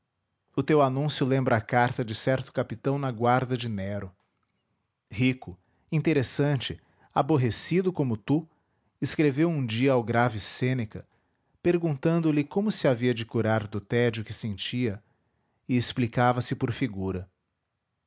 o teu anúncio lembra a carta de certo capitão da guarda de nero rico interessante aborrecido como tu escreveu um dia ao grave sêneca perguntando-lhe como se havia de curar do tédio que sentia e explicava se por figura